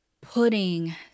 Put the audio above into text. putting